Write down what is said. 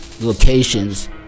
locations